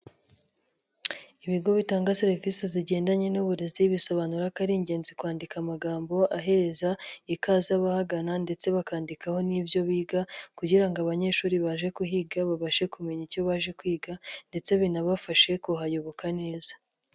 Ibigo bitanga serivisi zigendanye n'uburezi, bisobanura ko ari ingenzi kwandika amagambo ahereza ikaze abahagana ndetse bakandikaho n'ibyo biga kugira ngo abanyeshuri baje kuhiga babashe kumenya icyo baje kwiga ndetse binabafashe kuhayoboka neza.